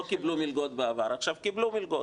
קיבלו מלגות בעבר עכשיו קיבלו מלגות.